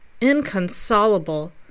inconsolable